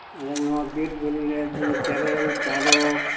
ᱟᱞᱮ ᱱᱚᱣᱟ ᱵᱤᱨᱼᱵᱩᱨᱩᱨᱮ ᱡᱮᱢᱚᱱ ᱛᱮᱨᱮᱞ ᱛᱟᱨᱚᱵᱽ